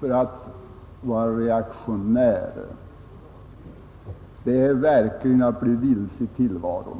för att vara reaktionär, då har man verkligen kommit vilse i tillvaron.